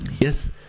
Yes